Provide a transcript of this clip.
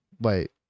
wait